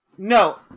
No